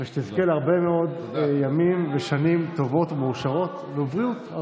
ושתזכה להרבה מאוד ימים ושנים טובות ומאושרות ובריאות.